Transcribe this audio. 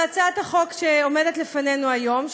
בהצעת החוק שעומדת לפנינו היום,